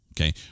okay